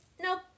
Nope